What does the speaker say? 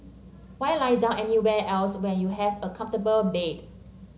why lie down anywhere else when you have a comfortable bed